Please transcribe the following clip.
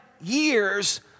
years